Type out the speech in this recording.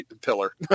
pillar